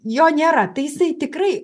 jo nėra tai jisai tikrai